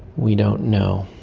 we don't know.